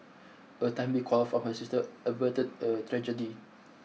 a timely call from her sister averted a tragedy